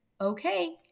okay